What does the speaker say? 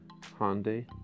Hyundai